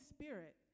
Spirit